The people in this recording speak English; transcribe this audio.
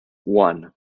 one